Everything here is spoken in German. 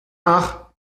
ach